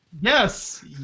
Yes